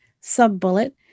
sub-bullet